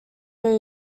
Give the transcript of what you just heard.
new